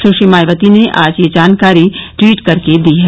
सुश्री मायावती ने आज यह जानकारी ट्वीट करके दी है